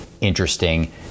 interesting